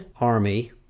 army